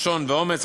נחשון ואומץ,